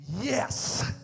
yes